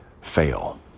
fail